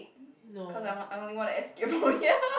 cause I want I only want to escape from here